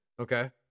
Okay